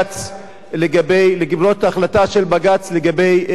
למרות ההחלטה של בג"ץ לגבי מגרון,